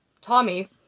Tommy